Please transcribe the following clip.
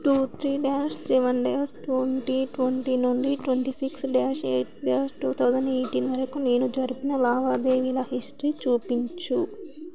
two three dash seven dash twenty twenty నుండి twenty six dash eight dash two thousand eighteen వరకు నేను జరిపిన లావాదేవీల హిస్టరీ చూపించు